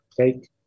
take